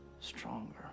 stronger